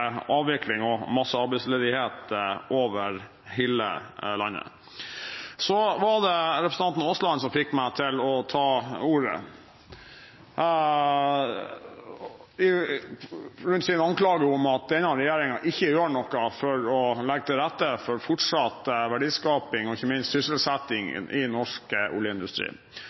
avvikling og mye arbeidsledighet over hele landet. Det var representanten Aasland som fikk meg til å ta ordet, på grunn av sin anklage om at denne regjeringen ikke gjør noe for å legge til rette for fortsatt verdiskaping og ikke minst sysselsetting i